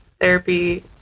therapy